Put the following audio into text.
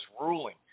ruling